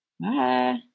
Bye